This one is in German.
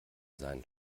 sein